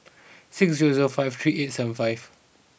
six zero zero five three eight seven five